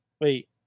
Wait